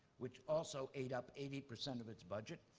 which also ate up eighty percent of its budget.